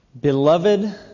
Beloved